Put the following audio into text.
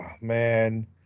man